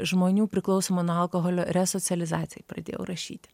žmonių priklausomų nuo alkoholio resocializacijai pradėjau rašyti